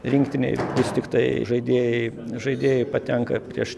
rinktinėj vis tiktai žaidėjai žaidėjai patenka prieš